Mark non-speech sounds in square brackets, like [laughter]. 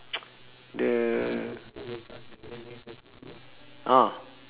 [noise] the ah